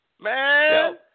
Man